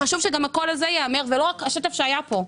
אבל חשוב שגם הקול הזה ייאמר ולא רק השטף שהיה פה קודם.